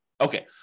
Okay